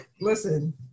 listen